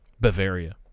Bavaria